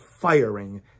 firing